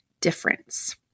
difference